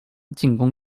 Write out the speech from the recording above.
进攻